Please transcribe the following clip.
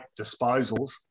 disposals